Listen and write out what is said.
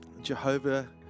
Jehovah